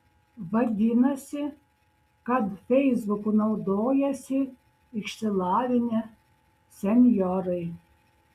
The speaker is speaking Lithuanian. vadinasi kad feisbuku naudojasi išsilavinę senjorai